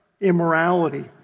immorality